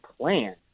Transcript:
plan